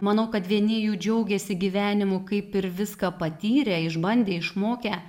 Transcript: manau kad vieni jų džiaugiasi gyvenimu kaip ir viską patyrę išbandę išmokę